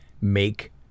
Make